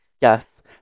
Yes